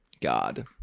god